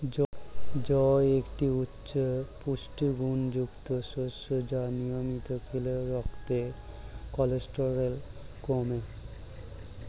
জই একটি উচ্চ পুষ্টিগুণযুক্ত শস্য যা নিয়মিত খেলে রক্তের কোলেস্টেরল কমে